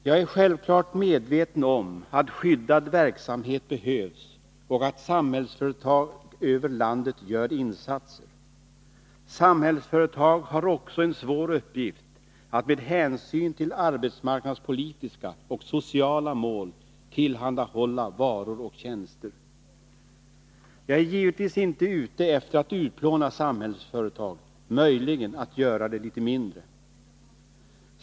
Jag är självfallet medveten om att skyddad verksamhet behövs och att Samhällsföretag över landet gör insatser. Samhällsföretag har också en svår uppgift att med hänsyn till arbetsmarknadspolitiska och sociala mål tillhandahålla varor och tjänster. Jag är givetvis inte ute efter att utplåna Samhällsföretag, möjligen att göra det litet mindre.